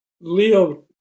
Leo